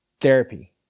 Therapy